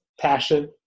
passion